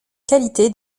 qualité